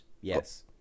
Yes